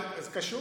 קשור.